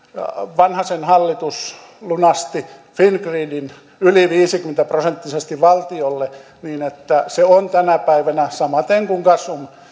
vanhasen hallitus lunasti fingridin yli viisikymmentä prosenttisesti valtiolle niin että se on tänä päivänä samaten kuin gasum